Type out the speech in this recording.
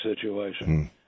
situation